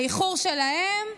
האיחור שלהם,